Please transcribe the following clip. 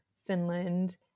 Finland